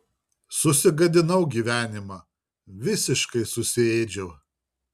susigadinau gyvenimą visiškai susiėdžiau